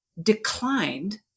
declined